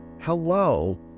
Hello